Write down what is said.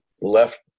left